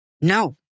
No